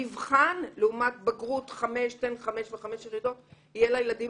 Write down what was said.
המבחן לעומת בגרות חמש יחידות יהיה לילדים